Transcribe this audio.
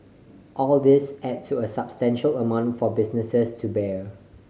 all these add to a substantial amount for businesses to bear